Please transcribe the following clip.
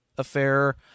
affair